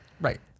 Right